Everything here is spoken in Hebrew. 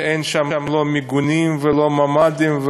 שאין שם לא מיגונים ולא ממ"דים,